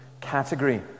category